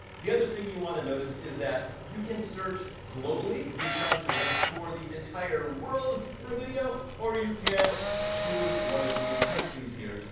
the other thing you wanna notice is that you can search globally if you're trying to rank for the entire world for a video, or you can choose one of these countries here.